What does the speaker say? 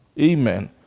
Amen